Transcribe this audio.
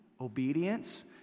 obedience